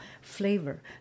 flavor